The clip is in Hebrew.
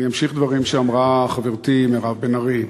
אני אמשיך דברים שאמרה חברתי מירב בן ארי.